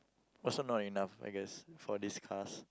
also not enough I guess for these cars